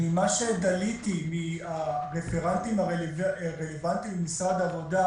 ממה שדליתי מהרפרנטים הרלבנטיים במשרד העבודה,